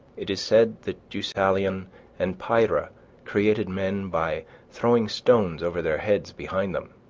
it is said that deucalion and pyrrha created men by throwing stones over their heads behind them